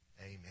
Amen